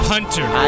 Hunter